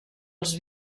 els